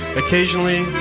occasionally,